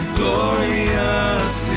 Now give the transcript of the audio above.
glorious